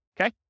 okay